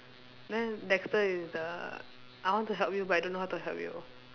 then Dexter is the I want to help you but I don't know how to help you